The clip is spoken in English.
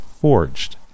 forged